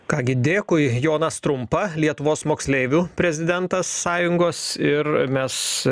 ką gi dėkui jonas trumpa lietuvos moksleivių prezidentas sąjungos ir mes